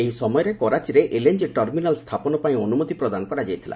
ଏହି ସମୟରେ କରାଚିରେ ଏଲ୍ଏନ୍ଜି ଟର୍ମିନାଲ୍ ସ୍ଥାପନ ପାଇଁ ଅନୁମତି ପ୍ରଦାନ କରାଯାଇଥିଲା